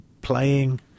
playing